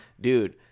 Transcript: dude